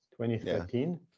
2013